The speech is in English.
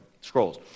scrolls